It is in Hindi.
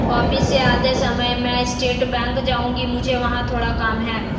ऑफिस से आते समय मैं स्टेट बैंक जाऊँगी, मुझे वहाँ थोड़ा काम है